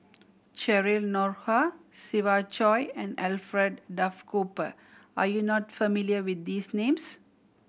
Cheryl Noronha Siva Choy and Alfred Duff Cooper are you not familiar with these names